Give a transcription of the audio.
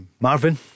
Marvin